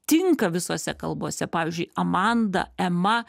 tinka visose kalbose pavyzdžiui amanda ema